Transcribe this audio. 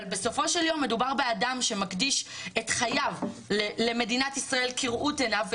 אבל בסופו של יום מדובר באדם שמקדיש את חיו למדינת ישראל כראות עיניו.